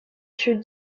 fut